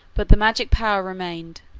but the magic power remained,